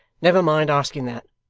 never mind asking that.